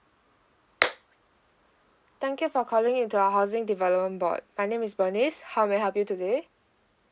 thank you for calling into our housing development board my name is bernice how may I help you today